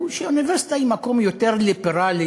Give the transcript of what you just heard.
היא שאוניברסיטה היא מקום יותר ליברלי,